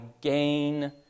gain